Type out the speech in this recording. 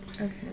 Okay